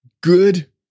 Good